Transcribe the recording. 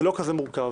זה לא כזה מורכב